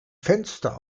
fenster